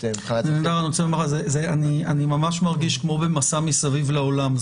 --- אני ממש מרגיש כמו במסע מסביב לעולם.